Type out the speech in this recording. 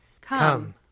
Come